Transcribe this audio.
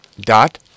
dot